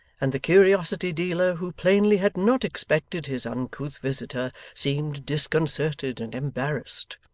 and the curiosity-dealer, who plainly had not expected his uncouth visitor, seemed disconcerted and embarrassed.